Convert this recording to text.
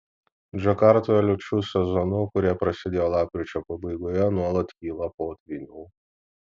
džakartoje liūčių sezonu kurie prasidėjo lapkričio pabaigoje nuolat kyla potvynių